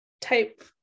type